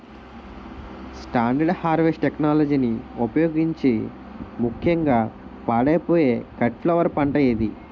Standard harvest టెక్నాలజీని ఉపయోగించే ముక్యంగా పాడైపోయే కట్ ఫ్లవర్ పంట ఏది?